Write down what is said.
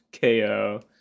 KO